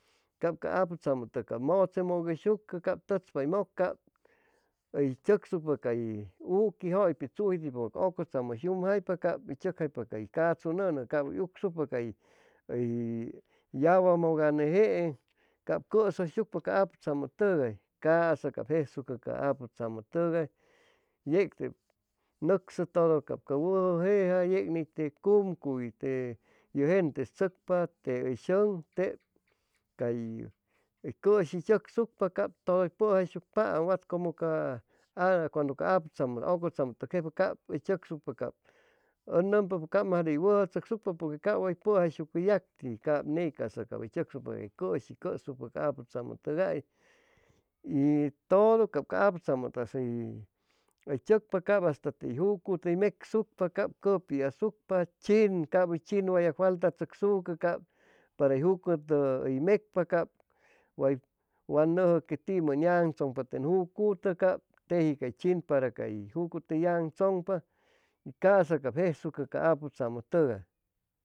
Cap ca aputzamʉtʉg cap mʉche mʉc ʉyshucʉ cap tʉchpa hʉy mʉc cap hʉy tzʉcsucpa cay uqui jʉypit chujitipʉ ca ʉcʉtzamʉ hʉy yumjaipa cap hʉy tzʉcjaipa cay cachu nʉnʉg cap hʉy ucsucpa cay hʉy yahuamʉg'anegeen cap cʉshʉysucpa ca aputzamʉtʉgay ca'sa cap jesucʉ ca aputzamʉtʉgay yec tep nʉcsʉ todo ca wʉjʉ jeja yec ni te cumcuy te yo gente hʉy tzʉcpa te hʉy shʉŋ tep cay cʉshi tzʉcsucpa cap todo hʉy pʉjaishucpaam wat como ca aputzamʉ ʉcʉtzamʉtʉg jejpa cap hʉy tzʉcsucpa cap ʉ nʉmpa cap majde hʉy wʉjʉ tzʉcsucpa porque cap way pʉjaishucʉ yacti y cap ney ca'sa cap hʉy tzʉcsucpa cay cʉshi cʉspapʉ ca aputzamʉtʉgais y todo cap ca aputzamʉtʉgais hʉy tzʉcpa cap hasta tey jucutʉ hʉy mecsucpa cap cʉpi asucpa chin cap hʉy chin way ya faltatzʉcsucʉ cap para hʉy jucutʉ hʉy mecpa cap way nʉjʉ que timodo ʉn yagaŋchʉŋpa ten jucutʉ cap teji cay chin para cay jucutʉ hʉy yaŋchʉŋpa ca'sa cap jesucʉ ca aputzamʉtʉgay